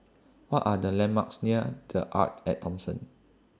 What Are The landmarks near The Arte At Thomson